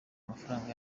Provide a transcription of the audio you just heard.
mafaranga